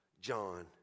John